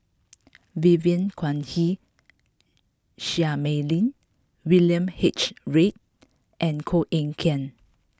Vivien Quahe Seah Mei Lin William H Read and Koh Eng Kian